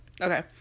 Okay